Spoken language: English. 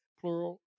plural